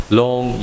long